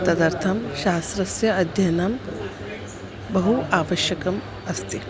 तदर्थं शास्त्रस्य अध्ययनं बहु आवश्यकम् अस्ति